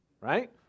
right